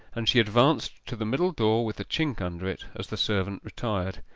and she advanced to the middle door with the chink under it as the servant retired.